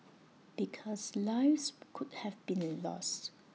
because lives could have been lost